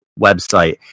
website